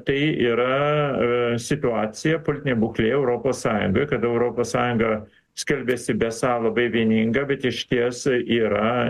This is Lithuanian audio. tai yra situacija politinė būklė europos sąjungoj kada europos sąjunga skelbiasi besą labai vieninga bet išties yra